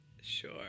sure